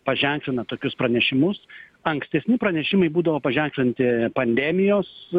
paženklina tokius pranešimus ankstesni pranešimai būdavo paženklinti pandemijos